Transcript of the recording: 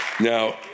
Now